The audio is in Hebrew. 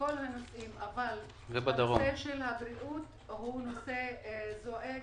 בכל הנושאים אבל הנושא של הבריאות הוא נושא זועק.